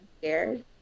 scared